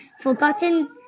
forgotten